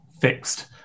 fixed